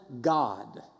God